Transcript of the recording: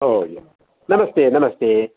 ओ एवं नमस्ते नमस्ते